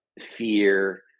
fear